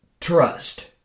Trust